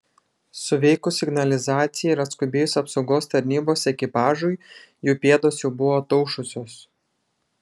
suveikus signalizacijai ir atskubėjus apsaugos tarnybos ekipažui jų pėdos jau buvo ataušusios